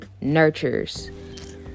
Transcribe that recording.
nurtures